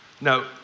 Now